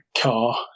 car